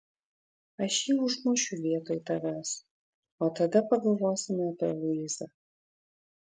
aš jį užmušiu vietoj tavęs o tada pagalvosime apie luizą